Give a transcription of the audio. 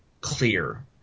clear